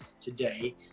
today